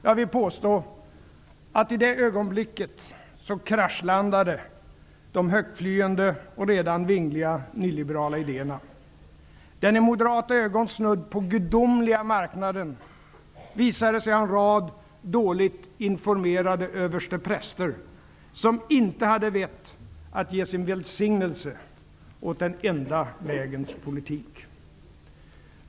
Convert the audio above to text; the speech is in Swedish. Jag vill påstå att i det ögonblicket kraschlandade de högtflyende och redan vingliga nyliberala idéerna. Den i moderata ögon snudd på gudomliga marknaden visade sig ha en rad dåligt informerade överstepräster, som inte hade vett att ge sin välsignelse åt den enda vägens politik.